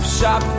shop